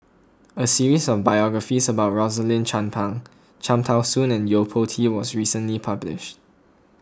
a series of biographies about Rosaline Chan Pang Cham Tao Soon and Yo Po Tee was recently published